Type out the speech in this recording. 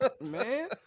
man